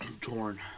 torn